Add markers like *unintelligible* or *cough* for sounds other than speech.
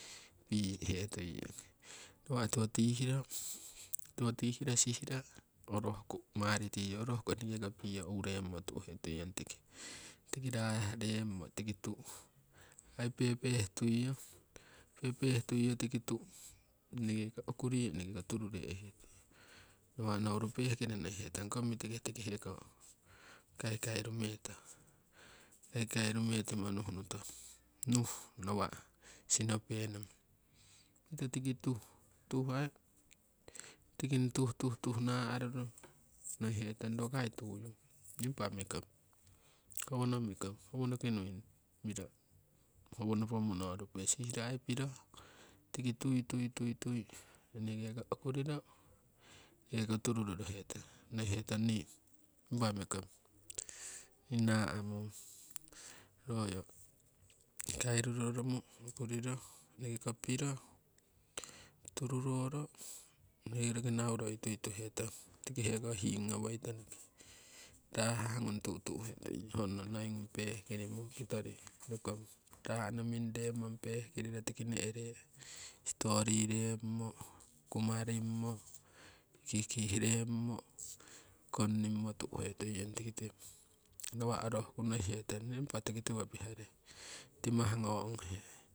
*unintelligible* nawa' tiwo tihiro, tiwo tihiro sihiro orohku maritiyo orohku eneke ko piyo uremo tu'he tuiyong tiki, tiki raah remmo tiki tu'u aii pepeeh tuiyo tiki tu'u eneke ko okuriyo eneke ko turu re'hee tuiyong. Nawa' nouru pehkoro nokihen tong kong mitike tiki heko kaikairumetimo, kaikairumetimo nuh nuto nuh. nawa' sinopenong pito tiki *noise* tuh tuh tuh naa'ruro nohihetong rokai tuyu nii impa mikong howono. Mikong howonoki nui miro howonopo monorupe sihiro aii piro tiki tui, tui enekeko okuriro enekeko turu rorohetong *noise* nohihetong nii impa mikong nii naa'mung hoyo. Kairu roromo okuriro enekeko piro tururoro' roki nauroi tui tuhetong tiki heko hiing ngowoi tuituhe tonoki, raa'hah ngung tu'tuhe tuiyong hoono *noise* noi ngung pehkiriro hoo kitori rokong raa'no minremmo peeh kirimong tiki ne'reng sitori remmo kumarimmo kihkihremmo kongnimmo tu'he tuiyong. Tikite nawa' orohku nokihetong nee impa tiki tiwo piharei timah ngonghe